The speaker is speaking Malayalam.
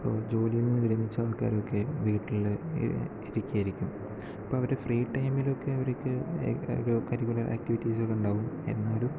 ഇപ്പോൾ ജോലിയിൽ നിന്ന് വിരമിച്ച ആൾക്കാരെയൊക്കെ വീട്ടിൽ ഇരിക്കുകയായിരിക്കും അപ്പോൾ അവരെ ഫ്രീ ടൈമിൽ ഒക്കെ അവർക്ക് എക്സ്ട്ര കരിക്കുലർ ആക്ടിവിറ്റീസുകളുണ്ടാകും എന്നാലും